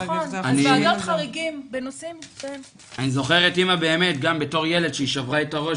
אני זוכר את אימא גם בתור ילד שהיא שברה את הראש,